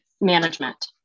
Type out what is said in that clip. management